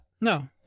No